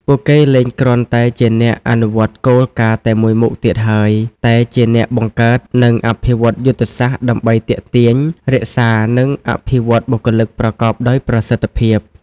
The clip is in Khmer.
ពួកគេលែងគ្រាន់តែជាអ្នកអនុវត្តគោលការណ៍តែមួយមុខទៀតហើយ តែជាអ្នកបង្កើត និងអភិវឌ្ឍយុទ្ធសាស្ត្រដើម្បីទាក់ទាញ រក្សា និងអភិវឌ្ឍបុគ្គលិកប្រកបដោយប្រសិទ្ធភាព។